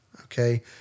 okay